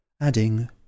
adding